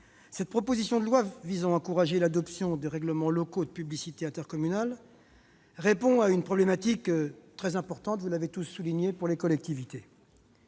Cette proposition de loi visant à encourager l'adoption de règlements locaux de publicité intercommunaux répond à une problématique très importante pour nos collectivités.